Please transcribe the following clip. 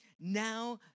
now